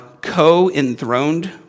co-enthroned